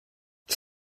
ich